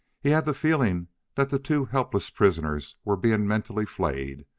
he had the feeling that the two helpless prisoners were being mentally flayed.